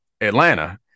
Atlanta